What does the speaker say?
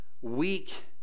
weak